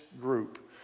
group